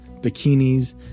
bikinis